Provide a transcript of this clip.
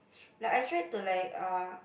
like I tried to like uh